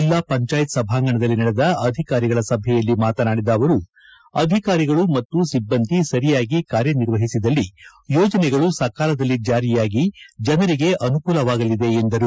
ಜಿಲ್ಲಾ ಪಂಚಾಯಿತಿ ಸಭಾಂಗಣದಲ್ಲಿ ನಡೆದ ಅಧಿಕಾರಿಗಳ ಸಭೆಯಲ್ಲಿ ಮಾತನಾದಿದ ಅವರು ಅಧಿಕಾರಿಗಳು ಮತ್ತು ಸಿಬ್ಬಂದಿ ಸರಿಯಾಗಿ ಕಾರ್ಯ ನಿರ್ವಹಿಸಿದಲ್ಲಿ ಯೋಜನೆಗಳು ಸಕಾಲದಲ್ಲಿ ಜಾರಿಯಾಗಿ ಜನರಿಗೆ ಅನುಕೂಲವಾಗಲಿದೆ ಎಂದರು